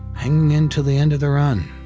hanging in til the end of the run.